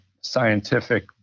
scientific